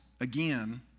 again